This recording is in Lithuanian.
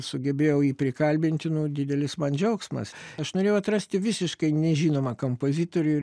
sugebėjau jį prikalbinti nu didelis man džiaugsmas aš norėjau atrasti visiškai nežinomą kampozitorių